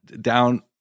Down